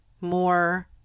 more